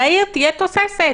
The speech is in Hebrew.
שהעיר תהיה תוססת.